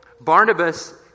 Barnabas